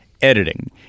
Editing